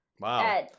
Wow